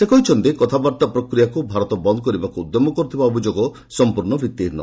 ସେ କହିଛନ୍ତି କଥାବାର୍ତ୍ତା ପ୍ରକ୍ରିୟାକୁ ଭାରତ ବନ୍ଦ କରିବାକୁ ଉଦ୍ୟମ କରୁଥିବା ଅଭିଯୋଗ ସଂପ୍ରର୍ଣ୍ଣ ଭିଭିହୀନ